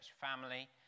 family